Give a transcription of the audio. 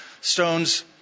Stones